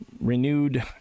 renewed